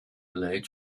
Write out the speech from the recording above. relate